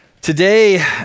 Today